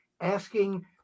asking